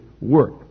work